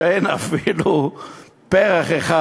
שאין בו אפילו פרח אחד.